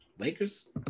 lakers